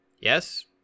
Yes